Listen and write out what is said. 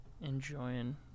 enjoying